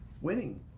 winning